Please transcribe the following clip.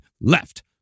LEFT